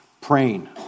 praying